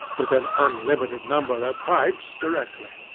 with an unlimited number of pipes, directly.